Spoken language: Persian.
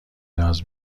ناز